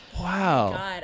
wow